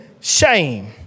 shame